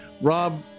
Rob